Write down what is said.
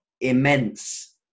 immense